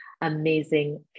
amazing